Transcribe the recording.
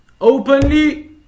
openly